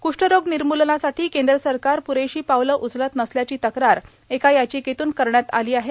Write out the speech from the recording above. कुष्ठरोग निर्मूलनासाठी केंद्र सरकार प्ररेशी पावलं उचलत नसल्याची तक्रार एका याचिकेतून करण्यात आली आहे